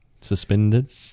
Suspended